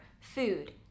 food